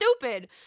stupid